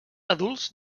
adults